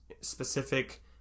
specific